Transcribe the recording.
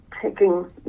taking